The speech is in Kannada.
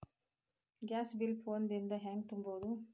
ಗ್ಯಾಸ್ ಬಿಲ್ ಫೋನ್ ದಿಂದ ಹ್ಯಾಂಗ ತುಂಬುವುದು?